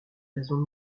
raisons